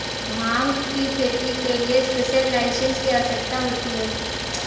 भांग की खेती के लिए स्पेशल लाइसेंस की आवश्यकता होती है